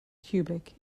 cubic